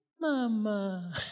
mama